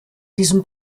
diesem